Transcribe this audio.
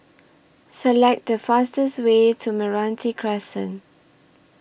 Select The fastest Way to Meranti Crescent